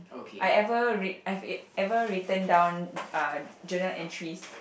I ever re~ I've ever written down uh journal entries